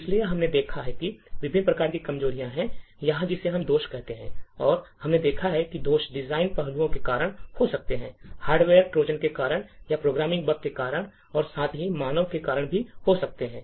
इसलिए हमने देखा है कि विभिन्न प्रकार की कमजोरियां हैं या जिसे हम दोष कहते हैं और हमने देखा है कि दोष डिजाइन पहलुओं के कारण हो सकते हैं हार्डवेयर ट्रोजन के कारण या प्रोग्रामिंग बग के कारण और साथ ही मानव के कारण भी हो सकते हैं